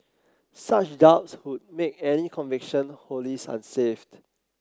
such doubts would make any conviction wholly unsafe